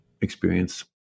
experience